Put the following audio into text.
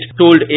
told